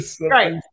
Right